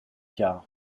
quart